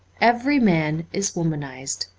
every man is womanized,